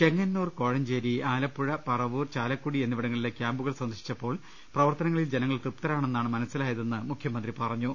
ചെങ്ങന്നൂർ കോഴഞ്ചേരി ആലപ്പുഴ പറവൂർ ചാലക്കുടി എന്നി വിടങ്ങളിലെ കൃാമ്പുകൾ സന്ദർശിച്ചപ്പോൾ പ്രവർത്തനത്തിൽ ജന ങ്ങൾ തൃപ്തരാണെന്നാണ് മനസിലായതെന്ന് മുഖൃമന്ത്രി പറഞ്ഞു